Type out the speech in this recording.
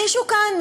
מישהו כאן,